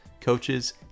coaches